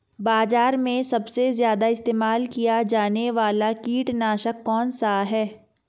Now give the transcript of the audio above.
बाज़ार में सबसे ज़्यादा इस्तेमाल किया जाने वाला कीटनाशक कौनसा है?